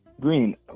Green